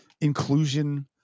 inclusion